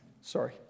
Sorry